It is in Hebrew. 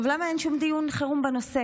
עכשיו, למה אין שום דיון חירום בנושא?